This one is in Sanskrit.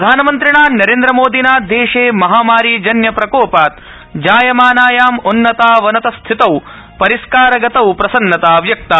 प्रधानमन्त्रिणा नरेन्द्र मोदिना देशे महामारीजन्यप्रकोपात् जायमानायाम् उन्नतावनतस्थितौ परिस्कारगतौ प्रसन्नता व्यक्ता